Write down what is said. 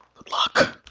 good luck.